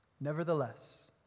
Nevertheless